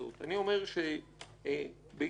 בעקבות